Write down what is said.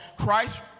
Christ